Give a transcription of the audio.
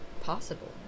possible